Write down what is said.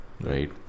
Right